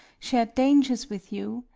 shar'd dangers with you